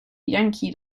yankee